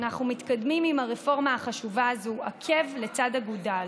אנחנו מתקדמים עם הרפורמה החשובה הזאת עקב בצד אגודל,